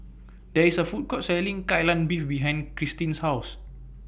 There IS A Food Court Selling Kai Lan Beef behind Cristine's House